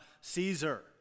Caesar